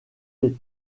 les